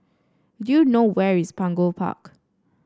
do you know where is Punggol Park